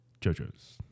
JoJo's